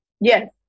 Yes